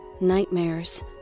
nightmares